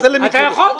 אתה יכול.